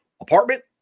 apartment